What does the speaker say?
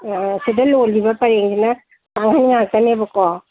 ꯁꯤꯗ ꯂꯣꯜꯂꯒꯤꯕ ꯄꯔꯦꯡꯁꯤꯅ ꯀꯥꯡꯈꯜ ꯉꯥꯛꯇꯅꯦꯕꯀꯣ